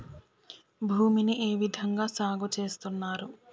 భూమిని ఏ విధంగా సాగు చేస్తున్నారు?